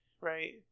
right